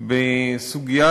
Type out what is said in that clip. אני